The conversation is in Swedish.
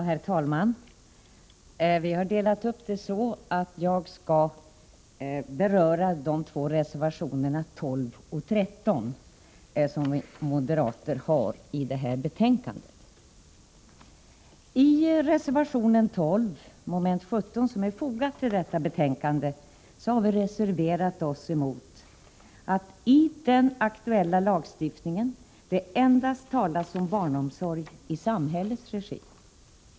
Herr talman! Vi har delat upp våra debattinlägg så, att jag skall beröra de två moderata reservationerna 12 och 13. I reservation 12 vid mom. 17 har vi reserverat oss mot att det i det aktuella lagförslaget endast talas om barnomsorg i samhällets regi.